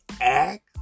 act